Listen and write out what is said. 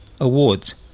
Awards